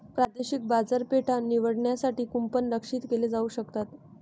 प्रादेशिक बाजारपेठा निवडण्यासाठी कूपन लक्ष्यित केले जाऊ शकतात